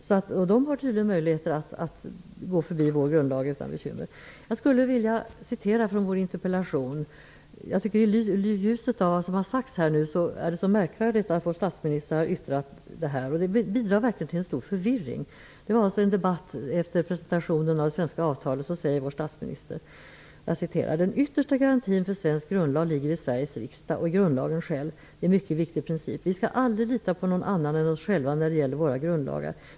Ministerrådet har tydligen möjlighet att gå förbi vår grundlag utan besvär. Jag skulle vilja citera ur min interpellation. I en debatt efter presentationen av det svenska avtalet sade vår statsminister: ''Den yttersta garantin för svensk grundlag ligger i Sveriges riksdag och i grundlagen själv. Det är en mycket viktig princip. Vi skall aldrig lita på någon annan än oss själva när det gäller våra grundlagar.